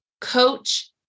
coach